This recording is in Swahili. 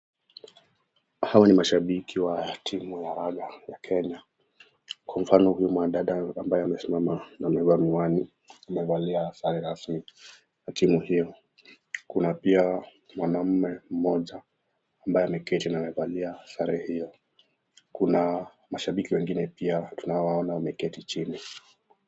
Hao ni mashabiki wa timu ya raga ya Kenya kwa mfano huyu mwanadada ambaye amesimama amevaa miwani amevalia sare rasmi ya timu hiyo kuna pia mwanaume mmoja ameketi na amevalia sare hiyo. Kuna mashabiki wengine tunao waona wameketi chini.